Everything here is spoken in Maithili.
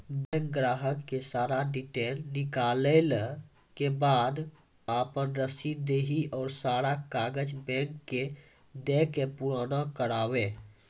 बैंक ग्राहक के सारा डीटेल निकालैला के बाद आपन रसीद देहि और सारा कागज बैंक के दे के पुराना करावे?